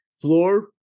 floor